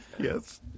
Yes